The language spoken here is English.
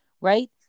right